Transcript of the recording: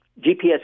GPS